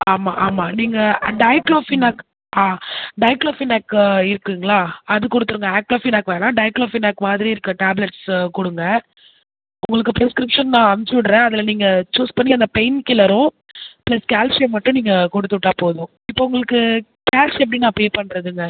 ஆமாம் ஆமாம் நீங்கள் டயட்லோஃபினாக்கு டயட்லோஃபினாக்கு இருக்குங்ளா அது கொடுத்துருங்க ஆக்டோஃபினாக்கு வேணா டயட்லோஃபினாக்கு இருக்குறா மாரி டேப்லேட்ஸ் கொடுங்க உங்களுக்கு ப்ரிஸ்கிரிப்ஷன் நான் அமிச்சுட்ரென் அதில் நீங்கள் சூஸ் பண்ணி அந்த பெயின் கில்லரும் பிளஸ் கேல்ஷியம் மட்டும் நீங்கள் கொடுத்துட்டா போதும் இப்போ உங்குளுக்கு கேஷ் எப்படி நான் பே பண்ணுறதுங்க